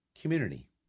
Community